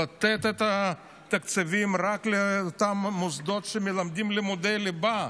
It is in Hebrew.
לתת את התקציבים רק לאותם מוסדות שמלמדים לימודי ליבה,